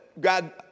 god